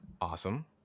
Awesome